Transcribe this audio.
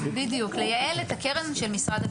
בדיוק, לייעל את הקרן של משרד הביטחון.